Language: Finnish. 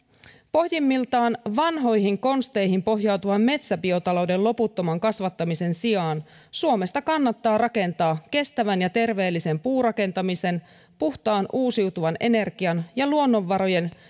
pohjimmiltaan vanhoihin konsteihin pohjautuvan metsäbiotalouden loputtoman kasvattamisen sijaan suomesta kannattaa rakentaa kestävän ja terveellisen puurakentamisen puhtaan uusiutuvan energian ja luonnonvaroja